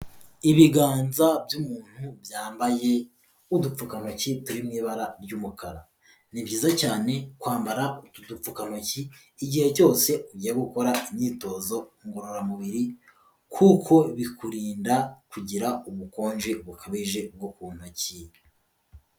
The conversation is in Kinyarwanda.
Ibiganza by'umuntu byambaye udupfukantoki turi mu ibara ry'umukara, ni byiza cyane kwambara utu dupfukantoki igihe cyose ugiye gukora imyitozo ngororamubiri, kuko bikurinda kugira ubukonje bukabije bwo ku ntoki.